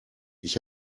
ich